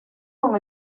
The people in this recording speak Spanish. con